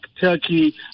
Turkey